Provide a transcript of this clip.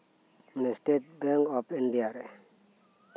state bank of India